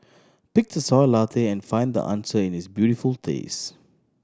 pick the Soy Latte and find the answer in its beautiful taste